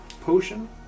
potion